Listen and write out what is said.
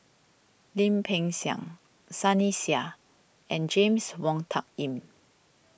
Lim Peng Siang Sunny Sia and James Wong Tuck Yim